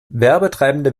werbetreibende